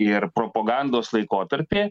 ir propagandos laikotarpį